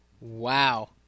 Wow